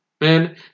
Man